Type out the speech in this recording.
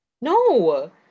no